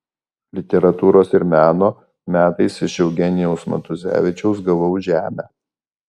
literatūros ir meno metais iš eugenijaus matuzevičiaus gavau žemę